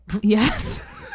Yes